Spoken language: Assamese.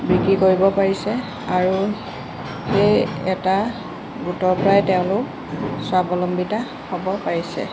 বিক্ৰী কৰিব পাৰিছে আৰু সেই এটা গোটৰপৰাই তেওঁলোক স্বাৱলম্বিতা হ'ব পাৰিছে